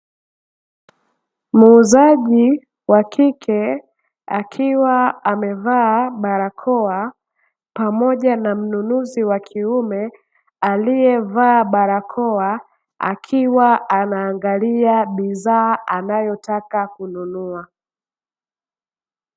Muuzaji wa kike akiwa amevaa barakoa, pamoja na mnunuzi wa kiume aliyevaa barakoa akiwa angalia bidhaa anayotaka kununua.